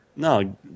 No